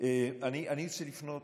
אני ארצה לפנות